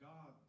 God